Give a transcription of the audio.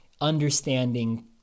understanding